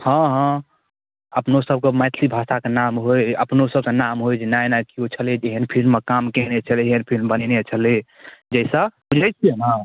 हँ हँ अपनोसबके मैथिली भाषाके नाम होइ अपनोसबके नाम होइ जे नहि नहि केओ छलै जे एहन फिलिममे काम केने छलै एहन फिलिम बनेने छलै जइसे सुनै छिए ने